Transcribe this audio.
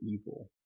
evil